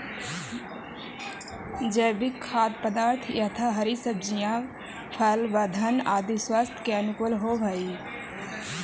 जैविक खाद्य पदार्थ यथा हरी सब्जियां फल एवं धान्य आदि स्वास्थ्य के अनुकूल होव हई